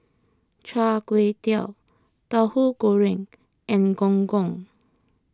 Char Kway Teow Tauhu Goreng and Gong Gong